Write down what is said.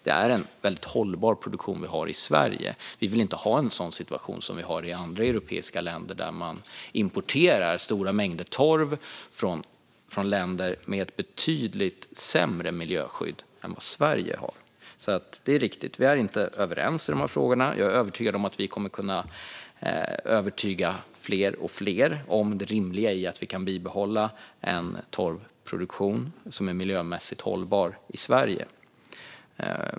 Det är en väldigt hållbar produktion i Sverige. Vi vill inte ha en situation som i andra europeiska länder där man importerar stora mängder torv från länder med betydligt sämre miljöskydd än vad Sverige har. Det är alltså riktigt att vi inte är överens i de här frågorna, men jag är övertygad om att vi sverigedemokrater kommer att kunna övertyga fler och fler om det rimliga i att bibehålla en torvproduktion som är miljömässigt hållbar i Sverige.